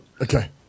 Okay